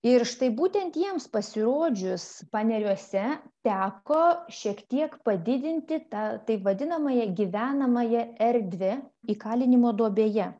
ir štai būtent jiems pasirodžius paneriuose teko šiek tiek padidinti tą taip vadinamąją gyvenamąją erdvę įkalinimo duobėje